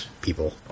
people